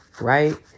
right